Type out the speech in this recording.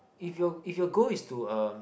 if your if your goal is to um